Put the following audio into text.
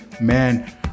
Man